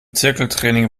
zirkeltraining